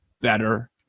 better